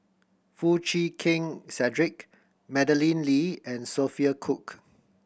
Foo Chee Keng Cedric Madeleine Lee and Sophia Cooke